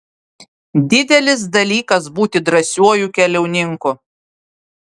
didelis dalykas būti drąsiuoju keliauninku